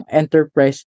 enterprise